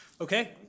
Okay